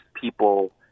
people